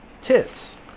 tits